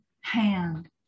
hand